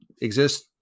exist